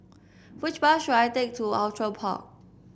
which bus should I take to Outram Park